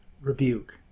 rebuke